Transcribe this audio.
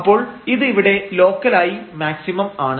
അപ്പോൾ ഇത് ഇവിടെ ലോക്കലായി മാക്സിമം ആണ്